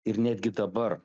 ir netgi dabar